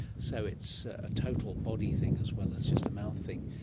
so it's a total body thing as well as just a mouth thing.